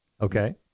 Okay